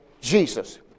Jesus